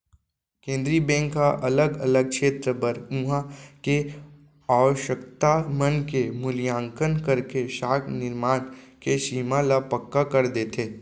केंद्रीय बेंक ह अलग अलग छेत्र बर उहाँ के आवासकता मन के मुल्याकंन करके साख निरमान के सीमा ल पक्का कर देथे